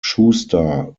schuster